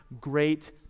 great